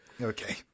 Okay